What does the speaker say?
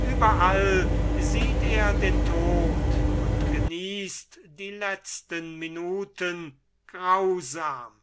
überall sieht er den tod und genießt die letzten minuten grausam